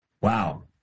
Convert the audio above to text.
wow